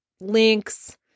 links